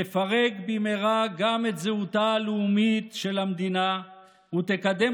תפרק במהרה גם את זהותה הלאומית של המדינה ותקדם